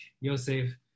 Yosef